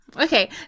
okay